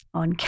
on